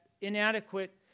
inadequate